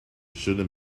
shouldn’t